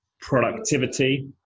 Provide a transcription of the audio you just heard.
productivity